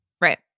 Right